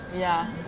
ya